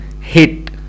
hit